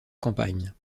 campagne